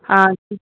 ஆ